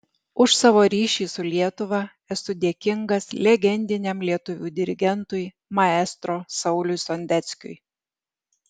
už savo ryšį su lietuva esu dėkingas legendiniam lietuvių dirigentui maestro sauliui sondeckiui